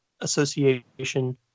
association